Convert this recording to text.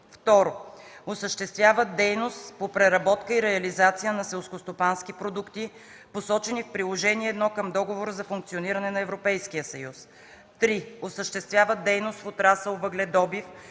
2. осъществяват дейност по преработка и реализация на селскостопански продукти, посочени в Приложение I към Договора за функционирането на Европейския съюз; 3. осъществяват дейност в отрасъл „въгледобив”